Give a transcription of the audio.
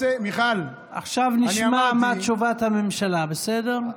עכשיו נשמע מה תשובת הממשלה, בסדר?